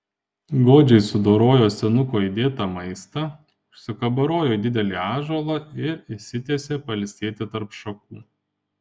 godžiai sudorojo senuko įdėtą maistą užsikabarojo į didelį ąžuolą ir išsitiesė pailsėti tarp šakų